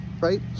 right